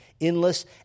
endless